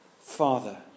Father